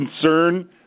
Concern